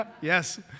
Yes